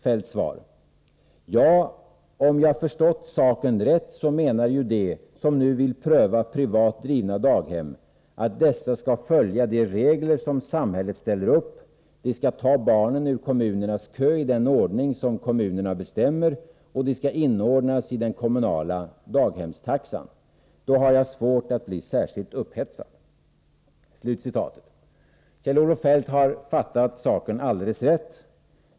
Feldt svarar: ”Ja, om jag förstått saken rätt så menar ju de, som nu vill pröva privat drivna daghem, att dessa ska följa de regler som samhället ställer upp, de ska ta barnen ur kommunernas kö i den ordning, som kommunerna bestämmer och de ska inordnas i den kommunala daghemstaxan. Då har jag svårt att bli särskilt upphetsad.” Kjell-Olof Feldt har fattat saken alldeles rätt.